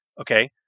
Okay